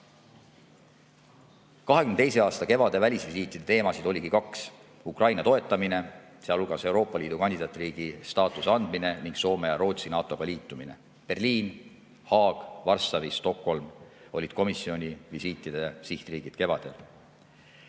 2022. aasta kevade välisvisiitide teemasid oligi kaks: Ukraina toetamine, sealhulgas Euroopa Liidu kandidaatriigi staatuse andmine, ning Soome ja Rootsi NATO‑ga liitumine. Berliin, Haag, Varssavi ja Stockholm olid komisjoni visiitide sihtriigid kevadel.